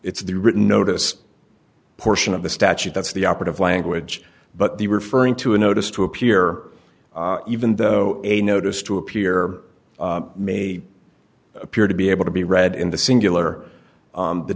it's the written notice portion of the statute that's the operative language but the referring to a notice to appear even though a notice to appear may appear to be able to be read in the singular